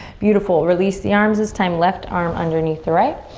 beautiful, release the arms. this time left arm underneath the right.